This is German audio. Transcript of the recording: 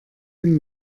dem